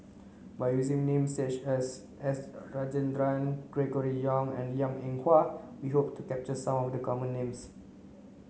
by using name such as S Rajendran Gregory Yong and Liang Eng Hwa we hope to capture some of the common names